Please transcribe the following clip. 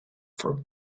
for